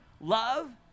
Love